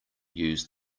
use